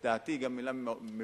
לטעמי היא גם מלה מבורכת.